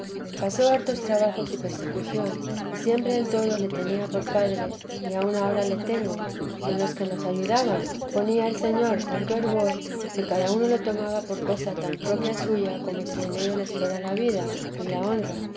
pasó hartos trabajos y persecución y siempre en todo le tenía por padre y aun ahora le tengo y en los que nos ayudaban ponía el señor tanto fervor que cada uno lo tomaba por cosa tan propia suya como si en ello les fuera la vida y la honra